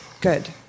good